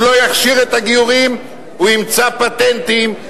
הוא לא יכשיר את הגיורים, הוא ימצא פטנטים.